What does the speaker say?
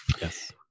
yes